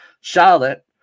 Charlotte